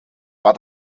war